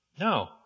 No